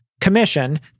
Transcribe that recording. commission